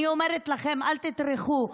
אני אומרת לכם, אל תטרחו.